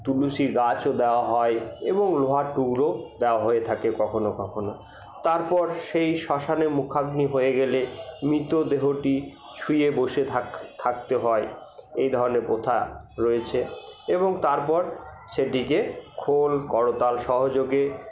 তুলসী গাছও দেওয়া হয় এবং লোহার টুকরোও দেওয়া হয়ে থাকে কখনো কখনো তারপর সেই শ্মশানে মুখাগ্নি হয়ে গেলে মৃতদেহটি ছুঁয়ে বসে থাকতে হয় এই ধরনের প্রথা রয়েছে এবং তারপর সেটিকে খোল কর্তাল সহযোগে